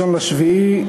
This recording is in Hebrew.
1 ביולי,